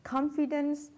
Confidence